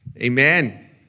Amen